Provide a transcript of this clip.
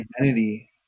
identity